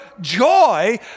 joy